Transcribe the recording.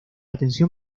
atención